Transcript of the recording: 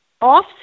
off